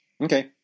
okay